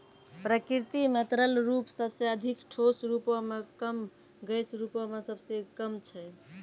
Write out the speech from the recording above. प्रकृति म तरल रूप सबसें अधिक, ठोस रूपो म कम, गैस रूपो म सबसे कम छै